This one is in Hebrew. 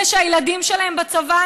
אלה שהילדים שלהם בצבא,